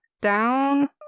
down